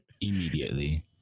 immediately